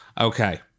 Okay